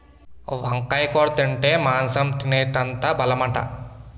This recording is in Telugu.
వంకాయ కూర తింటే మాంసం తినేటంత బలమట